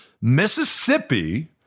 Mississippi